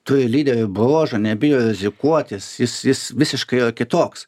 turi lyderio bruožų nebijo rizikuot jis jis jis visiškai yra kitoks